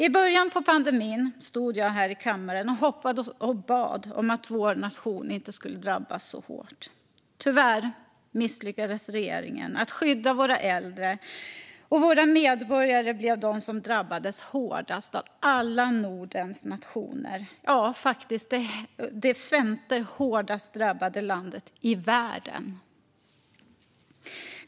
I början av pandemin stod jag här i kammaren och hoppades och bad att vår nation inte skulle drabbas så hårt. Tyvärr misslyckades regeringen med att skydda våra äldre, och våra medborgare blev de som drabbades hårdast av alla Nordens nationer. Ja, vi blev faktiskt det femte hårdast drabbade landet i världen.